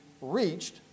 reached